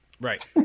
Right